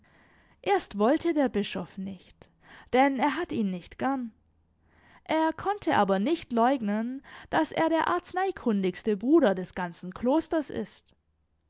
erst wollte der bischof nicht denn er hat ihn nicht gern er konnte aber nicht leugnen daß er der arzneikundigste bruder des ganzen klosters ist